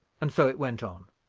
and so it went on.